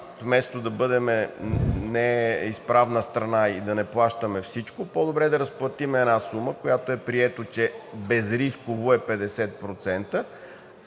вместо да бъдем неизправна страна и да не плащаме всичко, по-добре е да разплатим една сума, която е прието, че безрисково е 50%,